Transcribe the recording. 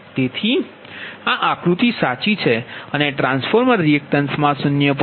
તેથી આ આકૃતિ સાચી છે અને ટ્રાન્સફોર્મર રિએક્ટેન્સમા 0